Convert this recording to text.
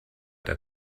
der